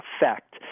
effect